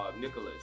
Nicholas